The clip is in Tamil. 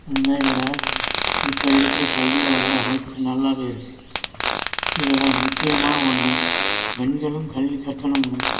முன்னைய விட இப்போ இருக்கிற கல்வியோட அமைப்பு நல்லாவே இருக்குது இதில் முக்கியமான ஒன்று பெண்களும் கல்வி கற்கணும்னு தான்